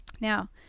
Now